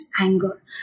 anger